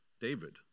David